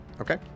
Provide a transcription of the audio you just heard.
Okay